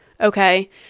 okay